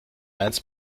eins